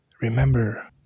Remember